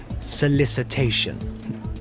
solicitation